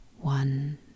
one